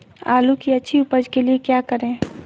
आलू की अच्छी उपज के लिए क्या करें?